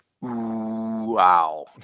wow